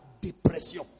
depression